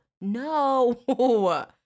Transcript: no